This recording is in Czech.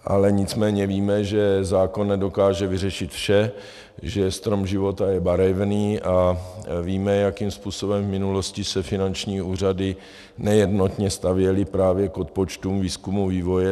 Ale nicméně víme, že zákon nedokáže vyřešit vše, že strom života je barevný, a víme, jakým způsobem v minulosti se finanční úřady nejednotně stavěly právě k odpočtům výzkumu, vývoje.